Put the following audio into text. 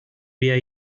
wir